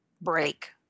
break